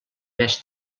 més